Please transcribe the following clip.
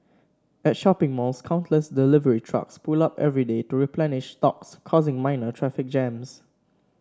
at shopping malls countless delivery trucks pull up every day to replenish stocks causing minor traffic jams